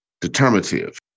determinative